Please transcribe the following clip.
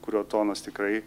kurio tonas tikrai